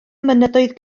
mynyddoedd